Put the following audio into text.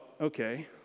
okay